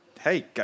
hey